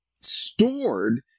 stored